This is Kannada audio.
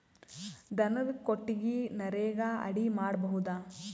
ದನದ ಕೊಟ್ಟಿಗಿ ನರೆಗಾ ಅಡಿ ಮಾಡಬಹುದಾ?